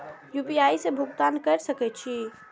UPI से भुगतान क सके छी?